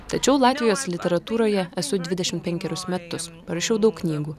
tačiau latvijos literatūroje esu dvidešimt penkerius metus parašiau daug knygų